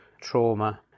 trauma